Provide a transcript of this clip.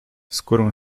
skórę